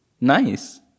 nice